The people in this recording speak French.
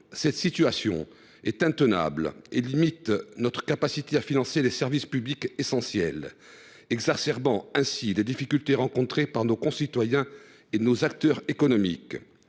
Cette situation est intenable et limite notre capacité à financer les services publics essentiels, exacerbant ainsi les difficultés de nos concitoyens et nos acteurs économiques.